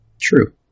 true